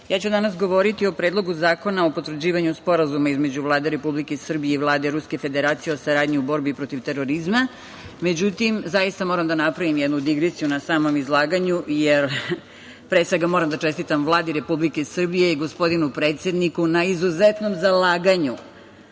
danas ću govoriti o Predlogu zakona o potvrđivanju Sporazuma između Vlade Republike Srbije i Vlade Ruske Federacije o saradnji u borbi protiv terorizma.Međutim, zaista moram da napravim jednu digresiju na samom izlaganju, jer moram da čestitam Vladi Republike Srbije i gospodinu predsedniku na izuzetnom zalaganju,